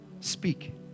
Speak